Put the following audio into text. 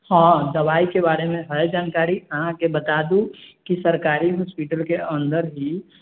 हँ दवाइ के बारे मे है जानकारी अहाँकेॅं बता दू की सरकारी हॉस्पिटल के अन्दर ही